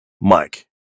Mike